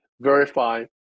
verify